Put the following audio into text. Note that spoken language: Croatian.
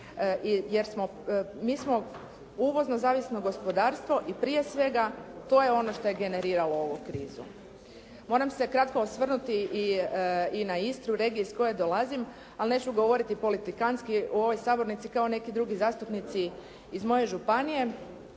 smo, mi smo uvozno zavisno gospodarstvo i prije svega to je ono što je generiralo ovu krizu. Moram se kratko osvrnuti i na Istru, regiju iz koje dolazim, ali neću govoriti politikanski u ovoj sabornici kao neki drugi zastupnici iz moje županije